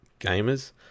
gamers